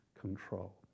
control